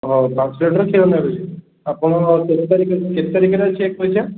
ହଉ ପାଞ୍ଚ ଲିଟର୍ କ୍ଷୀର ନେବେ ଆପଣଙ୍କର କେତେ ତାରିଖ କେତେ ତାରିଖରେ ଅଛି ଆଜ୍ଞା